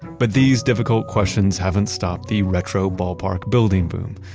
but these difficult questions haven't stopped the retro ballpark building boom.